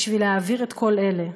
בשביל להעביר את כל אלה,